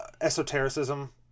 esotericism